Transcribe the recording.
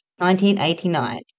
1989